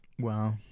Wow